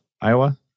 Iowa